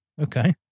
Okay